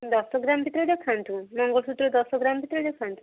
ଦଶ ଗ୍ରାମ୍ ଭିତରେ ଦେଖାନ୍ତୁ ମଙ୍ଗଳସୂତ୍ର ଦଶ ଗ୍ରାମ୍ ଭିତରେ ଦେଖାନ୍ତୁ